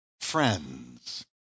Friends